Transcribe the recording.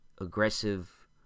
aggressive